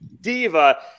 Diva